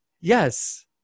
Yes